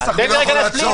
יש הרבה הסברים